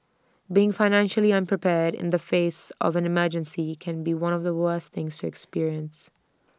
being financially unprepared in the face of an emergency can be one of the worst things to experience